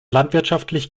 landwirtschaftlich